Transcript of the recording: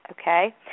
Okay